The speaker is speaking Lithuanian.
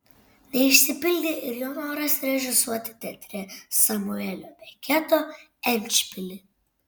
neišsipildė ir jo noras režisuoti teatre samuelio beketo endšpilį